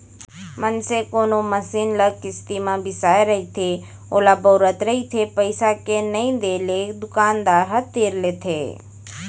मनसे कोनो मसीन ल किस्ती म बिसाय रहिथे ओला बउरत रहिथे पइसा के नइ देले दुकानदार ह तीर लेथे